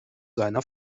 seiner